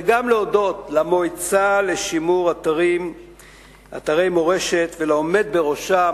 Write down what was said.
וגם למועצה לשימור אתרי מורשת ולעומד בראשה,